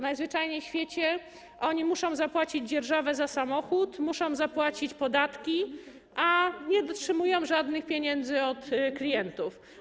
Najzwyczajniej w świecie oni muszą zapłacić dzierżawę za samochód, muszą zapłacić podatki, a nie otrzymują żadnych pieniędzy od klientów.